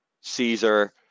Caesar